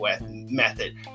method